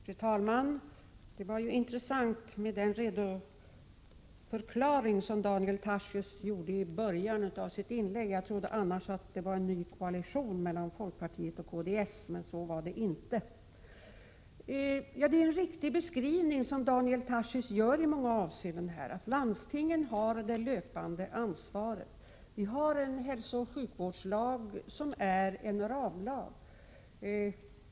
Fru talman! Det var intressant med den förklaring som Daniel Tarschys gjorde i början av sitt anförande. Jag trodde annars att det handlade om en ny koalition, mellan folkpartiet och kds, men så var det alltså inte. Det är en riktig beskrivning som Daniel Tarschys gör i många avseenden. Landstingen har det löpande ansvaret. Vi har en hälsooch sjukvårdslag som är en ramlag.